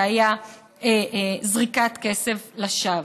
זה היה זריקת כסף לשווא.